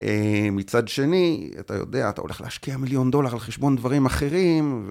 מצד שני אתה יודע אתה הולך להשקיע מיליון דולר על חשבון דברים אחרים.